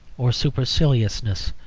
or superciliousness,